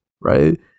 right